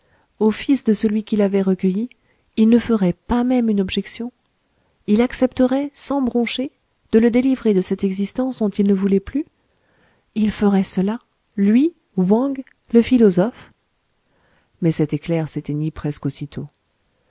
fils de celui qui l'avait recueilli il ne ferait pas même une objection il accepterait sans broncher de le délivrer de cette existence dont il ne voulait plus il ferait cela lui wang le philosophe mais cet éclair s'éteignit presque aussitôt